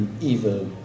evil